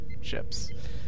ships